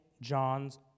John's